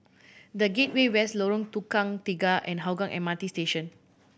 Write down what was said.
The Gateway West Lorong Tukang Tiga and Hougang M R T Station